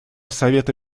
совета